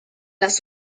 las